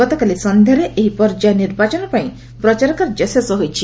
ଗତକାଲି ସନ୍ଧ୍ୟାରେ ଏହି ପର୍ଯ୍ୟାୟ ନିର୍ବାଚନ ପାଇଁ ପ୍ରଚାର କାର୍ଯ୍ୟ ଶେଷ ହୋଇଛି